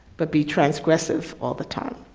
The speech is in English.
but be transgressive all the time.